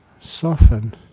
soften